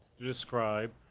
to describe